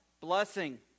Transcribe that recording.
Blessing